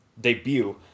debut